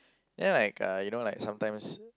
then like uh you know like sometimes